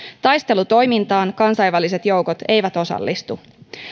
taistelutoimintaan kansainväliset joukot eivät osallistu